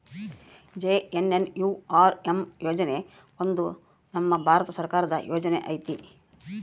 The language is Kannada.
ಜೆ.ಎನ್.ಎನ್.ಯು.ಆರ್.ಎಮ್ ಯೋಜನೆ ಒಂದು ನಮ್ ಭಾರತ ಸರ್ಕಾರದ ಯೋಜನೆ ಐತಿ